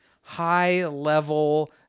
high-level